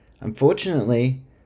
unfortunately